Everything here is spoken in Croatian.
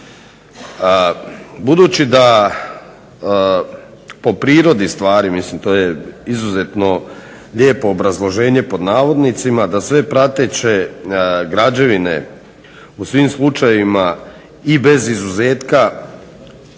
Budući da po prirodi stvari, mislim to je izuzetno lijepo obrazloženje pod navodnicima da sve prateće građevine u svim slučajevima i bez izuzetka